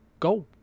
go